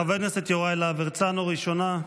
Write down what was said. חבר הכנסת יוראי להב הרצנו, ראשונה.